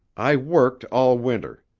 i worked all winter.